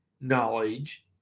knowledge